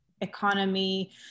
economy